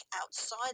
outside